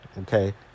Okay